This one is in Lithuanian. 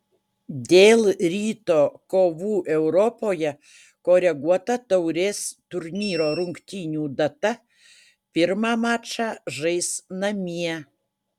dėl ryto kovų europoje koreguota taurės turnyro rungtynių data pirmą mačą žais namie